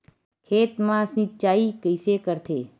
खेत मा सिंचाई कइसे करथे?